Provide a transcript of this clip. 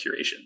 curation